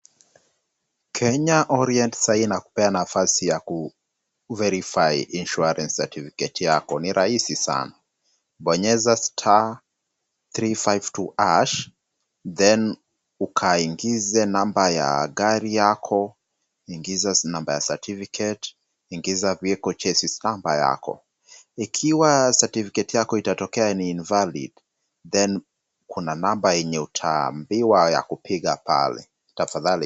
Kenya Orient saa hii inakupea nafasi ya kuverify insurance certificate yako, ni rahis sana. Bonyeza star three five two harsh then ukaingize namba ya gari yako, ingiza number ya certificate , ingiza vehicle chassis number yako. Ikiwa certificate yako itatokea ni invalid then kuna namba yenye utaambiwa ya kupiga pale tafadhali.